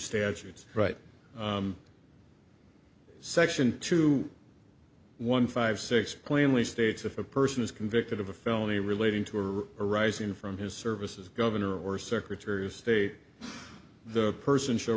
statutes right section two one five six plainly states if a person is convicted of a felony relating to or arising from his services governor or secretary of state the person sh